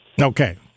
Okay